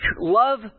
love